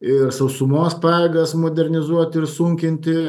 ir sausumos pajėgas modernizuot ir sunkinti